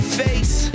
face